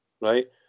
right